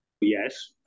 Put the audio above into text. Yes